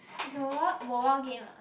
is a mobile mobile game ah